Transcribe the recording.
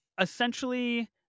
essentially